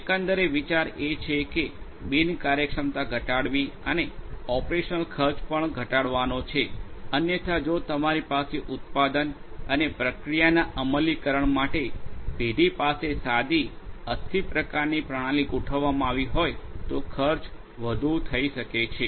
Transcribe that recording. એકંદરે વિચાર એ છે કે બિન કાર્યક્ષમતા ઘટાડવી અને ઓપરેશનલ ખર્ચ પણ ઘટાડવાનો છે અન્યથા જો તમારી પાસે ઉત્પાદન અને પ્રક્રિયાના અમલીકરણ માટે પેઢી પાસે સાદી અસ્થિ પ્રકારની પ્રણાલી ગોઠવવામાં આવી હોય તો ખર્ચ વધુ થઈ શકે છે